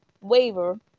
waiver